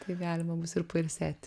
tai galima bus ir pailsėti